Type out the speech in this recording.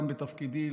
גם בתפקידי,